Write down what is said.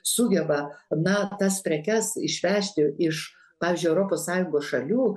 sugeba na tas prekes išvežti iš pavyzdžiui europos sąjungos šalių